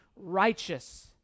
righteous